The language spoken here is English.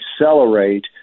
accelerate